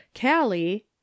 Callie